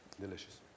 delicious